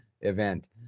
event